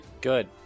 Good